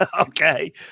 Okay